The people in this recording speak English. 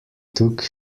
took